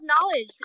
knowledge